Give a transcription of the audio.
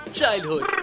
Childhood